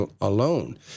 alone